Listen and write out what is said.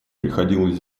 приходилось